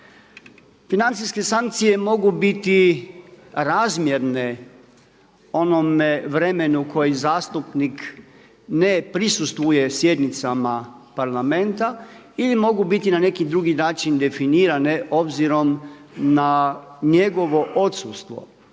Financijske sankcije mogu biti razmjerne onome vremenu koji zastupnik ne prisustvuje sjednicama parlamenta i mogu biti na neki drugi način definiranje obzirom na njegovo odsustvo.